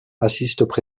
assistent